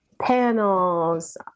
panels